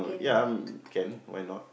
ya can why not